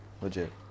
legit